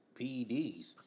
PEDs